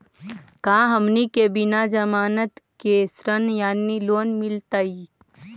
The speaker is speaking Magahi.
का हमनी के बिना जमानत के ऋण यानी लोन मिलतई?